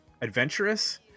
adventurous